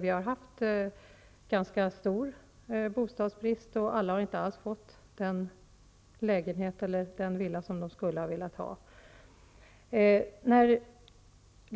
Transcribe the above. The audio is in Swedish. Vi har haft en ganska stor bostadsbrist, och alla har inte alls fått den lägenhet eller villa som de skulle vilja ha.